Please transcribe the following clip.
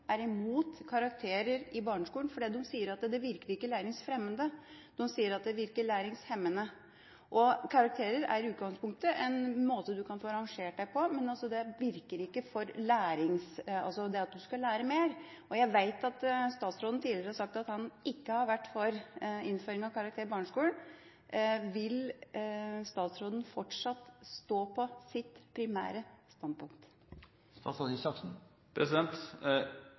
er imot karakterer i barneskolen, for de sier at det ikke virker læringsfremmende, men læringshemmende. Karakterer er i utgangspunktet en måte du kan få rangert deg på, men det virker ikke på den måten at du lærer mer. Jeg vet at statsråden tidligere har sagt at han ikke har vært for innføring av karakterer i barneskolen. Vil statsråden fortsatt stå på sitt primære